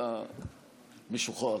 אתה משוחרר.